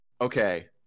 okay